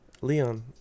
leon